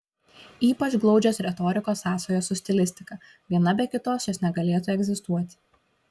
ypač glaudžios retorikos sąsajos su stilistika viena be kitos jos negalėtų egzistuoti